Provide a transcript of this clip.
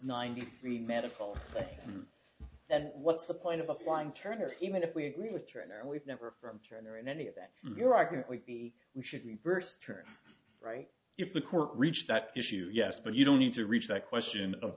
ninety three medical then what's the point of applying turner even if we agree with her and we've never from turner in any of that your argument would be we should mean first term right if the court reached that issue yes but you don't need to reach the question of